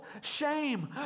shame